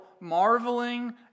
marveling